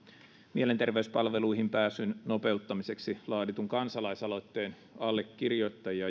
mielenterveyspalveluihin pääsyn nopeuttamiseksi laaditun kansalaisaloitteen allekirjoittajia